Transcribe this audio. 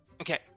Okay